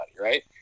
right